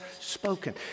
spoken